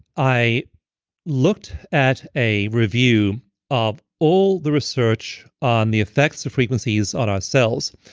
i looked at a review of all the research on the effects of frequencies on our cells.